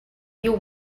your